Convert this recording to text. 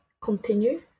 continue